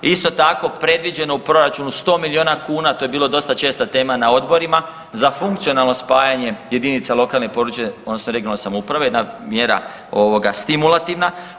Isto tako predviđeno u proračunu 100 miliona kuna to je bilo dosta česta tema na odborima za funkcionalno spajanje jedinica lokalne i područne odnosno regionalne samouprave, jedna mjera ovoga stimulativna.